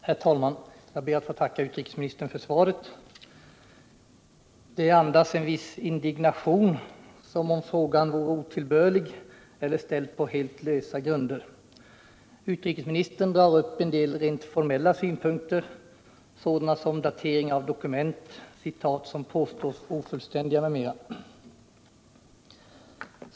Herr talman! Jag ber att få tacka utrikesministern för svaret. Svaret andas en viss indignation, som om frågan vore otillbörlig eller ställd på helt lösa grunder. Utrikesministern drar upp en del rent formella synpunkter, såsom datering av dokument samt citat som påstås vara ofullständiga.